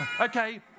Okay